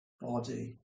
body